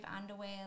underwear